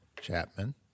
Chapman